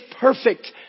perfect